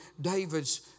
David's